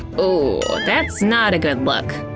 ooh, that's not a good look,